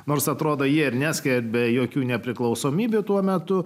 nors atrodo jie neskiria be jokių nepriklausomybių tuo metu